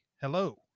hello